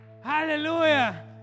Hallelujah